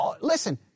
listen